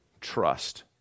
trust